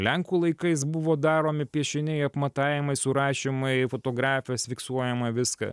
lenkų laikais buvo daromi piešiniai apmatavimai surašymai fotografijos fiksuojama viską